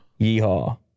Yeehaw